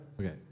Okay